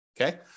Okay